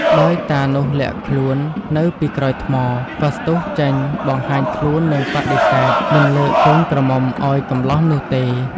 ដោយតានោះលាក់ខ្លួននៅពីក្រោយថ្ម ក៏ស្ទុះចេញបង្ហាញខ្លួននិងបដិសេធមិនលើកកូនក្រមុំឱ្យកម្លោះនោះទេ។